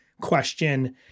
question